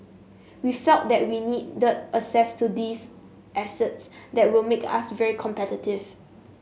we felt that we needed access to these assets that would make us very competitive